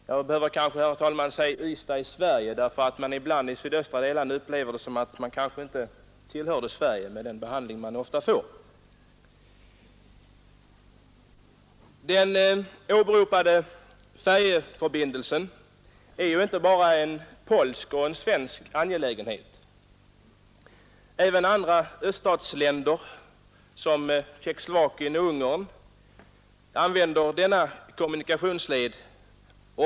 Jag behöver kanske, herr talman, säga Ystad i Sverige, därför att de som bor i de sydöstra delarna av Sverige upplever det ibland som om de kanske inte tillhörde Sverige — med den behandling de delarna ofta får. Den föreslagna färjeförbindelsen är inte bara en polsk och en svensk angelägenhet. Även andra öststater än Polen — såsom Tjeckoslovakien och Ungem — använder oftast denna kommunikationsled.